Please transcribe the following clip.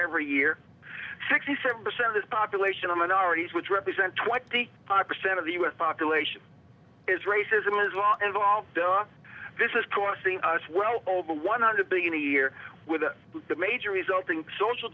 every year sixty seven percent of this population of minorities which represent twenty five percent of the us population is racism is law involved this is costing us well over one hundred billion a year with the major resulting social